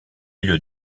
lieu